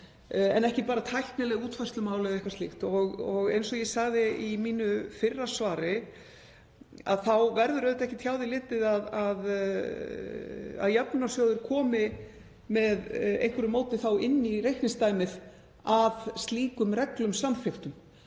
en ekki bara tæknileg útfærslumál eða eitthvað slíkt. Og eins og ég sagði í mínu fyrra svari verður ekki hjá því litið að jöfnunarsjóður komi með einhverju móti inn í reikningsdæmið að slíkum reglum samþykktum.